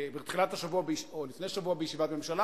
בתחילת השבוע או לפני שבוע בישיבת ממשלה